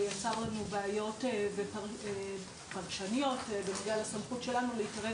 זה יצר לנו בעיות פרשניות בנוגע לסמכות שלנו להתערב